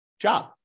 job